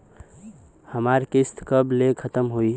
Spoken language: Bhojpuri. हमार किस्त कब ले खतम होई?